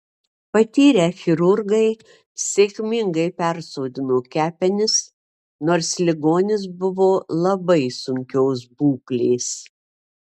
patyrę chirurgai sėkmingai persodino kepenis nors ligonis buvo labai sunkios būklės